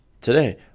today